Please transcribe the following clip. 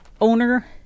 owner